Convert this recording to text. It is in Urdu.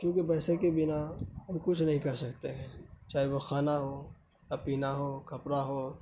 کیونکہ پیسے کے بنا ہم کچھ نہیں کر سکتے ہیں چاہے وہ کھانا ہو یا پینا ہو کپڑا ہو